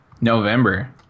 November